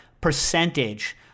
percentage